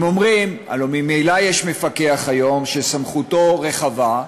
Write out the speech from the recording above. הם אומרים: הלוא ממילא יש היום מפקח שסמכותו רחבה,